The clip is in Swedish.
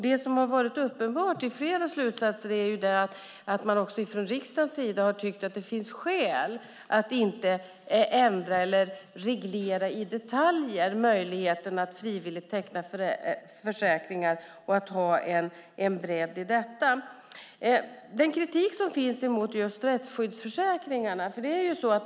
Det har varit uppenbart i flera slutsatser att man också från riksdagens sida tyckt att det finns skäl att inte ändra eller reglera i detaljer möjligheten att frivilligt teckna försäkringar och att ha en bredd i detta. Det finns kritik mot rättsskyddsförsäkringarna.